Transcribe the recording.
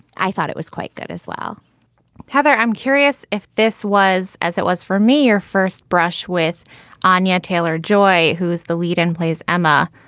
i thought it was quite good as well heather, i'm curious if this was as it was for me or first brush with ah onya. taylor joy, who is the lead and plays emma,